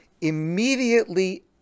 immediately